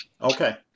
Okay